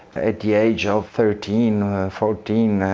at the age of thirteen or fourteen,